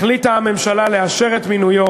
החליטה הממשלה לאשר את מינויו,